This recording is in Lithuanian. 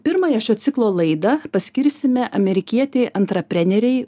pirmąją šio ciklo laidą paskirsime amerikietei antraprenerei